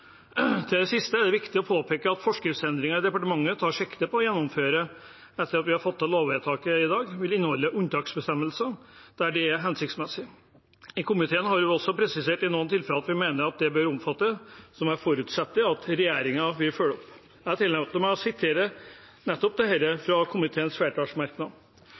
Til det siste er det viktig å påpeke at forskriftsendringen departementet tar sikte på å gjennomføre etter at vi har fått lovvedtaket i dag, vil inneholde unntaksbestemmelser der det er hensiktsmessig. I komiteen har vi også presisert noen tilfeller vi mener det bør omfatte, som jeg forutsetter at regjeringen vil følge opp. Jeg tillater meg å sitere nettopp dette fra komiteens flertallsmerknad: